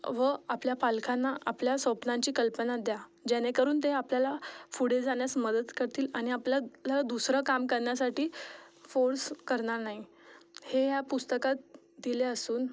व आपल्या पालकांना आपल्या स्वप्नांची कल्पना द्या जेणेकरून ते आपल्याला पुढे जाण्यास मदत करतील आणि आपल्याला दुसरं काम करण्यासाठी फोर्स करणार नाही हे ह्या पुस्तकात दिले असून